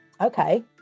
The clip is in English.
Okay